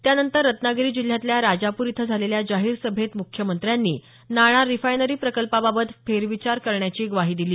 त्यानंतर रत्नागिरी जिल्ह्यातल्या राजापूर इथं झालेल्या जाहीर सभेत मुख्यमंत्र्यांनी नाणार रिफायनरी प्रकल्पाबाबत फेरविचार करण्याची ग्वाही दिली